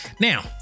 now